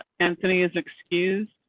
anthony is excuse.